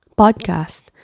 podcast